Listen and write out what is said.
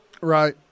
Right